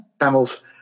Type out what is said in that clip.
camels